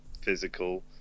physical